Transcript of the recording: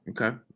Okay